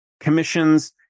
commissions